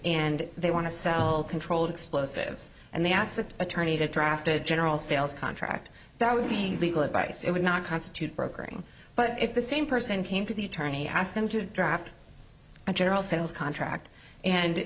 and they want to sell control explosives and they asked the attorney to draft a general sales contract that would be legal advice it would not constitute brokering but if the same person came to the attorney ask them to draft a general sales contract and